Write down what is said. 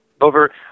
over